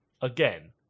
Again